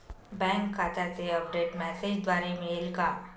Bank खात्याचे update मेसेजद्वारे मिळेल का?